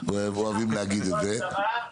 זה לתקופה קצרה,